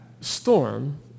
storm